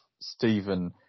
Stephen